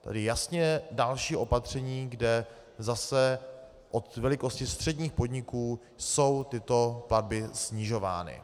Tedy jasně další opatření, kde zase od velikosti středních podniků jsou tyto platby snižovány.